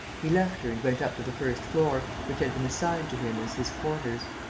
he left her and went up to the first floor, which had been assigned to him as his quarters.